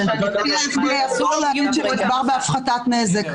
--- אסור לך להגיד שמדובר בהפחתת נזק.